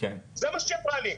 זה מה שהיא אמרה לי,